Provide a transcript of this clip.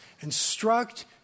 Instruct